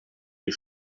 les